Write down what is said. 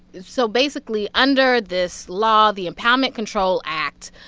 so basically under this law, the impoundment control act,